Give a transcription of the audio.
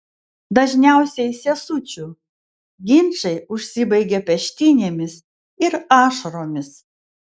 dažniausiai sesučių ginčai užsibaigia peštynėmis ir ašaromis